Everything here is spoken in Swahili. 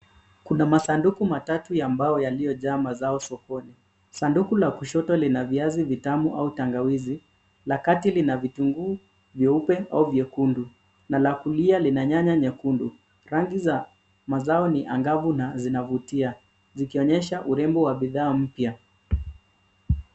Kuna masanduku matatu ya mbao yaliyojaa mazao sokoni. Sanduku la kushoto lina viazi vitamu au tangawizi, la kati lina vitunguu vieupe au viekundu na la kulia lina nyanya nyekundu. Rangi za mazao ni angavu na zinavutia zikionyesha urembo wa bidhaa mpya.